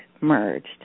merged